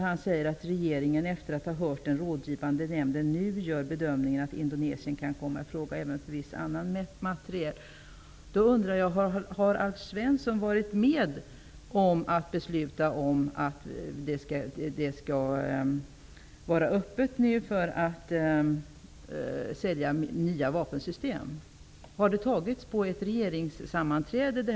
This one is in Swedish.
Han sade att regeringen efter att ha hört den rådgivande nämnden nu gör bedömningen att Indonesien kan komma i fråga för leverans även av viss annan materiel. Jag undrar om Alf Svensson har varit med om att besluta att det nu skall vara öppet för att sälja nya vapensystem till Indonesien. Har beslutet fattats på ett regeringssammanträde?